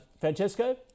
Francesco